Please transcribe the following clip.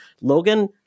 Logan